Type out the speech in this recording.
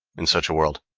in such a world,